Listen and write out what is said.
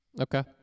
Okay